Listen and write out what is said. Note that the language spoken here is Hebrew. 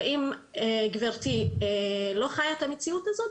ואם גברתי לא חיה את המציאות הזאת,